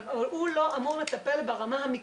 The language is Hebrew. אבל הוא לא אמור לטפל ברמה המקצועית,